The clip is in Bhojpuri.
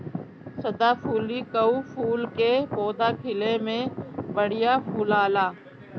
सदाफुली कअ फूल के पौधा खिले में बढ़िया फुलाला